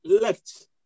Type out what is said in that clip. left